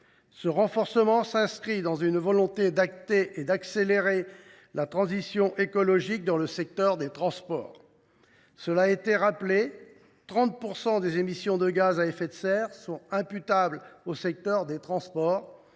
qui s’inscrit dans la volonté d’acter et d’accélérer la transition écologique dans le secteur des transports. Cela a été rappelé, 30 % des émissions de gaz à effet de serre sont imputables à ce seul secteur,